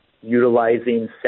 utilizing